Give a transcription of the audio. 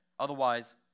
Otherwise